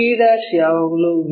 p ಯಾವಾಗಲೂ V